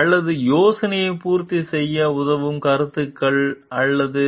அந்த யோசனைகள் பூர்த்தி செய்ய உதவும் கருத்துக்கள் அல்லது